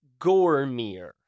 Gormir